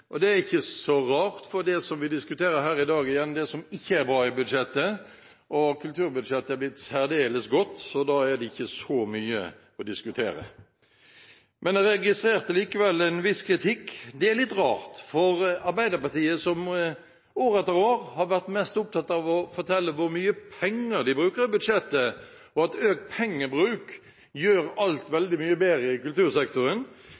respons. Det er ikke så rart, for det vi diskuterer her i dag, er gjerne det som ikke er bra i budsjettet, og kulturbudsjettet er blitt særdeles godt, så da er det ikke så mye å diskutere. Likevel registrerte jeg en viss kritikk. Det er litt rart, for Arbeiderpartiet, som år etter år har vært mest opptatt av å fortelle hvor mye penger de bruker i budsjettet, og at økt pengebruk gjør alt veldig mye bedre i kultursektoren,